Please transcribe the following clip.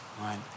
right